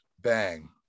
bang